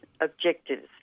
objectives